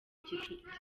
gicuti